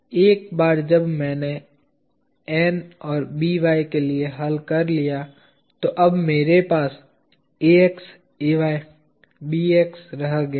एक बार जब मैंने N और By के लिए हल कर लिया तो अब मेरे पास Ax Ay Bx रह गया है